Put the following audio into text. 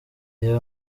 reba